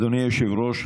אדוני היושב-ראש,